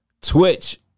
Twitch